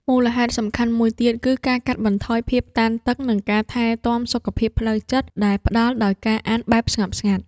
មូលហេតុសំខាន់មួយទៀត គឺការកាត់បន្ថយភាពតានតឹង និងការថែទាំសុខភាពផ្លូវចិត្តដែលផ្ដល់ដោយការអានបែបស្ងប់ស្ងាត់។